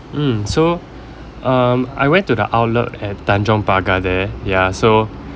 mm so um I went to the outlet at tanjong pagar there ya so